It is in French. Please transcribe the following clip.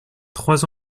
trois